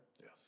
Yes